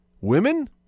women